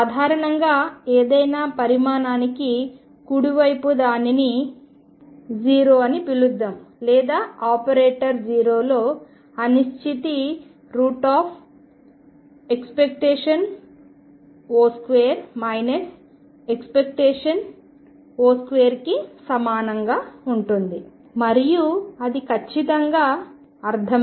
సాధారణంగా ఏదైనా పరిమాణానికి కుడివైపు దానిని O అని పిలుద్దాం లేదా ఆపరేటర్ Oలో అనిశ్చితి ⟨O2⟩ ⟨O⟩2 కి సమానంగా ఉంటుంది మరియు అది ఖచ్చితంగా అర్ధమే